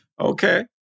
Okay